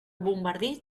bombardí